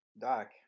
Doc